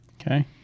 Okay